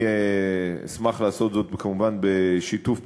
ואשמח לעשות זאת כמובן בשיתוף פעולה,